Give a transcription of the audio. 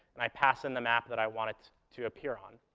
and i pass in the map that i want it to appear on.